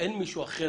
אין מישהו אחר,